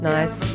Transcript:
Nice